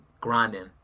grinding